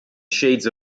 shades